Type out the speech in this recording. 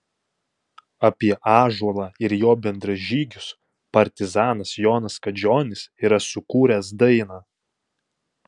apie ąžuolą ir jo bendražygius partizanas jonas kadžionis yra sukūręs dainą